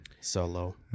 solo